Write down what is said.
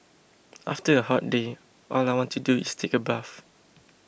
after a hot day all I want to do is take a bath